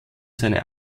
seine